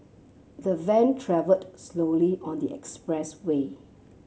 the van travelled slowly on the expressway